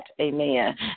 amen